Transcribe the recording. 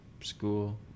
school